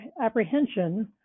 apprehension